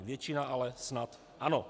Většina ale snad ano.